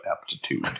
aptitude